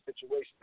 situation